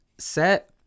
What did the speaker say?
set